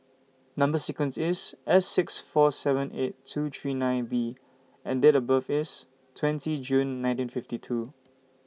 Number sequence IS S six four seven eight two three nine B and Date of birth IS twenty June nineteen fifty two